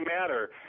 matter